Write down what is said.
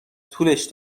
طولش